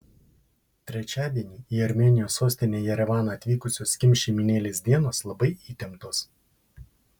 trečiadienį į armėnijos sostinę jerevaną atvykusios kim šeimynėlės dienos labai įtemptos